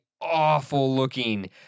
awful-looking